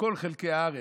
בכל חלקי הארץ.